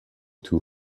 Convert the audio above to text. two